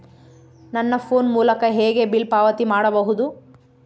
ನನ್ನ ಫೋನ್ ಮೂಲಕ ಹೇಗೆ ಬಿಲ್ ಪಾವತಿ ಮಾಡಬಹುದು?